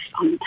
on